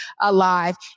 alive